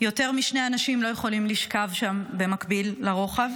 -- יותר משני אנשים לא יכולים לשכב שם במקביל לרוחב,